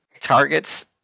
targets